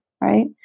right